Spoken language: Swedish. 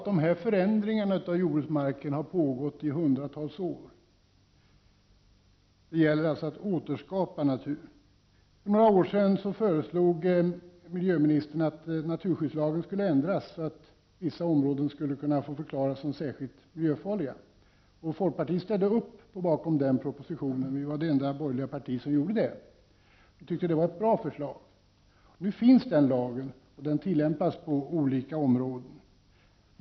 De här förändringarna av jordbruksmarken har pågått i hundratals år. Det gäller alltså att återskapa naturen. För några år sedan föreslog miljöministern att naturskyddslagen skulle ändras så att vissa områden skulle kunna förklaras som särskilt miljökänsliga. Folkpartiet ställde upp bakom den propositionen — vi var det enda borgerliga parti som gjorde det. Vi tyckte att det var ett bra förslag. Nu finns den lagen, och den tillämpas på olika områden.